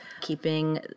keeping